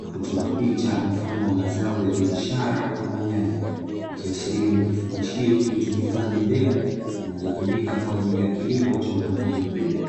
na kuchora picha mfano wa mazao ya biashara kama nyanya, ikiashiria ni kifungashio kilichohifadhi mbegu, zinazotumika kwa ajili ya kilimo cha upandaji wa mbegu.